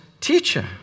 teacher